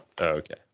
Okay